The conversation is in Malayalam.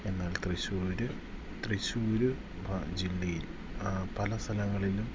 എന്നാൽ തൃശ്ശൂർ തൃശ്ശൂർ ജില്ലയിൽ പല സ്ഥലങ്ങളിലും